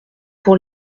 pour